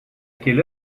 quelle